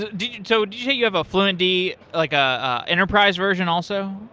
ah so say you have a fluentd, like ah an enterprise version also?